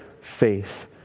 faith